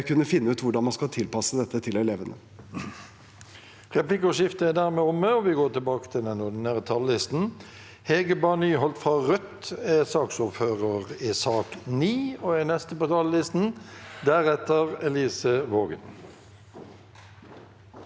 kunne finne ut hvordan man skal tilpasse dette til elevene.